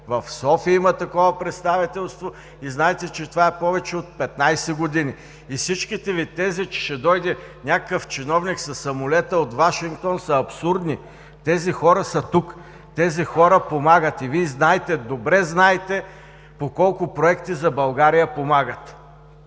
в София има такова представителство и знаете, че това е повече от 15 години. И всичките Ви тези, че ще дойде някакъв чиновник със самолета от Вашингтон, са абсурдни. Тези хора са тук. Тези хора, помагат и Вие знаете, добре знаете по колко проекти за България помагат.